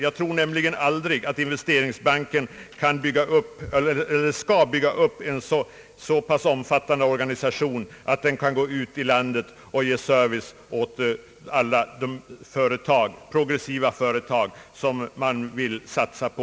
Jag tror nämligen inte investeringsbanken kommer att bygga upp en så omfattande organisation som behövs för att ge krediter åt alla de progressiva företag som man vill satsa på.